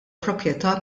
proprjetà